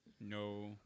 No